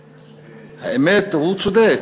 האמת, הוא צודק,